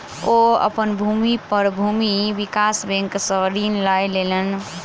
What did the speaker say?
ओ अपन भूमि पर भूमि विकास बैंक सॅ ऋण लय लेलैन